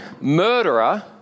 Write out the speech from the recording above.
murderer